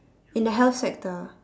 in the health sector